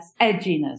edginess